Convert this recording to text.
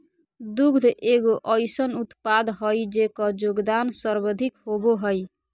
दुग्ध एगो अइसन उत्पाद हइ जेकर योगदान सर्वाधिक होबो हइ